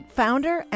founder